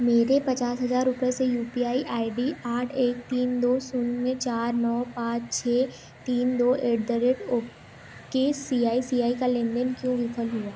मेरे पचास हज़ार रुपये से U P I I D आठ एक तीन दो शून्य चार नौ पाँच छः तीन दो at the rate O K C I C I का लेन देन क्यों विफल हुआ